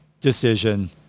decision